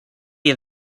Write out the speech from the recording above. you